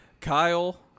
Kyle